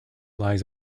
lies